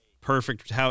perfect